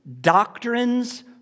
doctrines